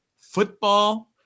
football